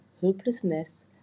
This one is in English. hopelessness